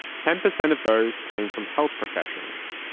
ten percent of those came from health professions.